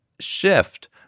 shift